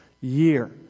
year